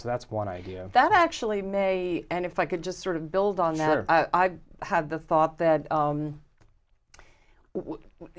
so that's one idea that actually may end if i could just sort of build on that if i have the thought that